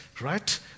right